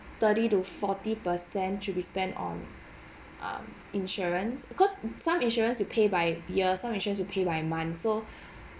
thirty to forty percent to be spent on um insurance because some insurance you pay by year some insurance you pay by months so